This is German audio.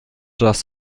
das